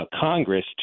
Congress